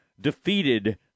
defeated